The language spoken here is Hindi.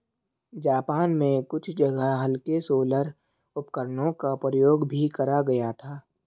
जापान में कुछ जगह हल्के सोलर उपकरणों का प्रयोग भी करा गया था